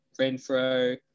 Renfro